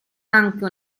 anche